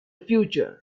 future